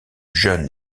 jeunes